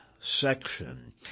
section